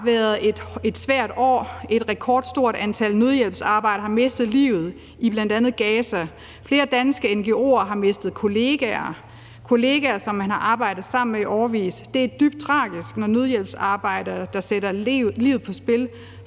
været et svært år. Et rekordstort antal nødhjælpsarbejdere har mistet livet i bl.a. Gaza. Flere danske ngo'er har mistet kollegaer – kollegaer, som man har arbejdet sammen med i årevis. Det er dybt tragisk, når nødhjælpsarbejdere, der sætter livet på spil